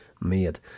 made